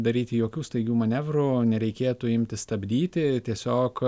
daryti jokių staigių manevrų nereikėtų imti stabdyti tiesiog